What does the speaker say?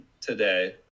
today